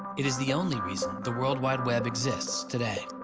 it is the only reason the world wide web exists today